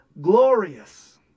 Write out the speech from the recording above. glorious